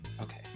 Okay